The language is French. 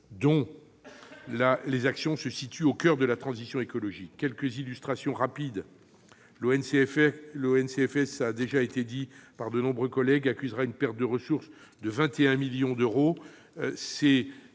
dont les actions se situent au coeur de la transition écologique. Ainsi, l'ONCFS, cela a été dit par de nombreux collègues, accusera une perte de ressources de 21 millions d'euros.